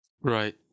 right